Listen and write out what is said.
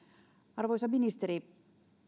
arvoisa ministeri